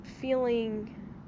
feeling